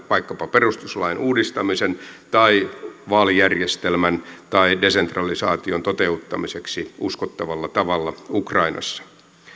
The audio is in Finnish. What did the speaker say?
vaikkapa perustuslain uudistamisen tai vaalijärjestelmän tai desentralisaation toteuttamiseksi uskottavalla tavalla ukrainassa